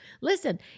Listen